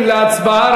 להצבעה.